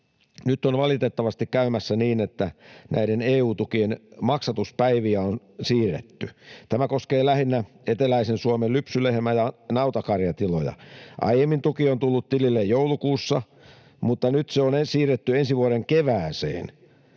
Nyt on valitettavasti käymässä niin, että näiden EU-tukien maksatuspäiviä on siirretty. Tämä koskee lähinnä eteläisen Suomen lypsylehmä- ja nautakarjatiloja. Aiemmin tuki on tullut tilille joulukuussa, mutta nyt se on siirretty ensi vuoden kevääseen.